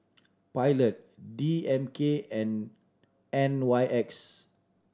Pilot D M K and N Y X